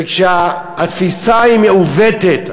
וכשהתפיסה היא מעוותת,